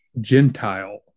Gentile